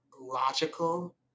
logical